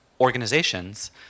organizations